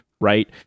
Right